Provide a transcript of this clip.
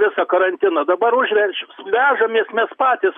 visą karantiną dabar užverčiu vežamės mes patys